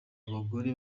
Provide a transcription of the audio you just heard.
abagore